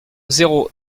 zéro